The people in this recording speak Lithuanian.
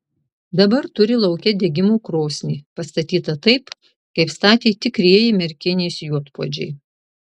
dabar turi lauke degimo krosnį pastatytą taip kaip statė tikrieji merkinės juodpuodžiai